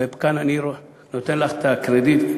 וכאן אני נותן לך את הקרדיט,